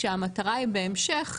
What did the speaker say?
כשהמטרה היא בהמשך,